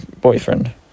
boyfriend